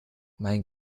mein